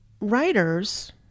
writers